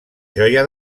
joia